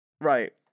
Right